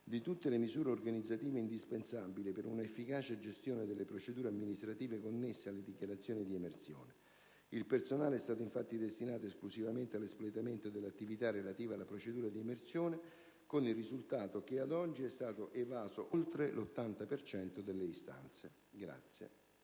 di tutte le misure organizzative indispensabili per una efficace gestione delle procedure amministrative connesse alle dichiarazioni di emersione. Il personale è stato infatti destinato esclusivamente all'espletamento dell'attività relativa alla procedura di emersione, con il risultato che ad oggi è stato evaso oltre l'80 per cento delle